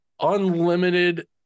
unlimited